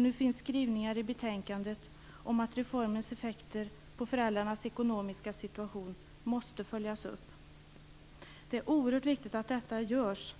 Nu finns skrivningar i betänkandet om att reformens effekter på föräldrarnas ekonomiska situation måste följas upp. Det är oerhört viktigt att detta görs,